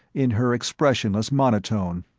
in her expressionless monotone.